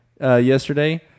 yesterday